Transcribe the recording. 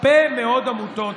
הרבה מאוד עמותות.